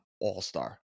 all-star